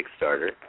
Kickstarter